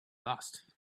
lost